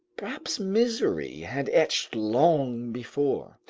perhaps misery, had etched long before.